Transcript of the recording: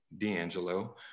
D'Angelo